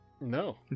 no